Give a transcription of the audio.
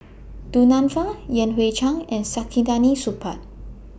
Du Nanfa Yan Hui Chang and Saktiandi Supaat